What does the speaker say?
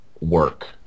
work